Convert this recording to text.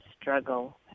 struggle